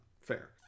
Fair